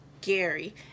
Gary